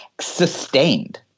sustained